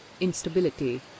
Instability